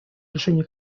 решения